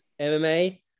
mma